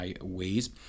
ways